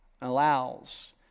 allows